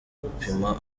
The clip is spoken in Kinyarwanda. gupima